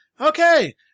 okay